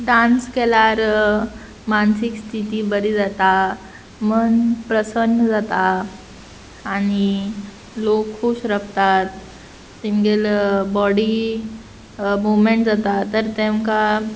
dance केल्यार मानसीक स्थिती बरी जाता मन प्रसन्न जाता आनी लोक खूश रबतात तेमगेल बॉडी मुवमेंट जाता तर तेमकां